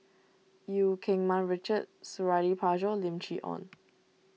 Eu Keng Mun Richard Suradi Parjo Lim Chee Onn